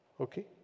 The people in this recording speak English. Okay